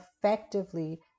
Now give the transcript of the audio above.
effectively